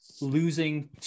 losing